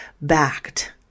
backed